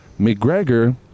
McGregor